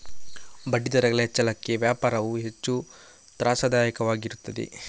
ಬಡ್ಡಿದರಗಳ ಹೆಚ್ಚಳಕ್ಕೆ ವ್ಯಾಪಾರವು ಹೆಚ್ಚು ತ್ರಾಸದಾಯಕವಾಗಿರುತ್ತದೆ